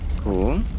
Cool